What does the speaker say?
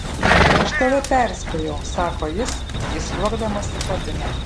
aš tave perspėjau sako jis įsliuogdamas į kabiną